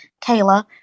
Kayla